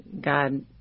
God